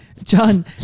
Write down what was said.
John